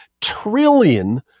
trillion